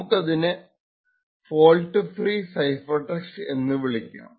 നമുക്കതിനെ fault free cipher text എന്ന് വിളിക്കാം